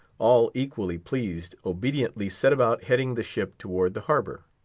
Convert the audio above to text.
all equally pleased, obediently set about heading the ship towards the harbor.